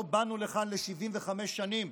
לא באנו לכאן ל-75 שנים,